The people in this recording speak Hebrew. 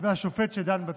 ושל השופט שדן בתיק.